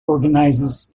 organizes